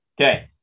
Okay